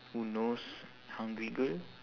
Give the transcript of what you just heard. who knows hungry girl